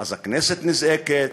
אז הכנסת נזעקת,